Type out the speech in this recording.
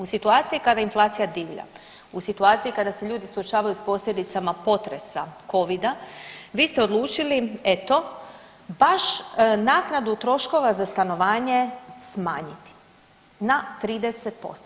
U situaciji kada inflacija divlja, u situaciji kada se ljudi suočavaju sa posljedicama potresa, covida vi ste odlučili eto baš naknadu troškova za stanovanje smanjiti na 30%